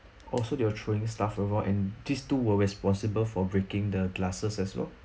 also they are throwing stuff around and these two were responsible for breaking the glasses as well